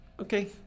Okay